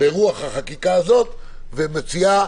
החקיקה הזאת ומציעה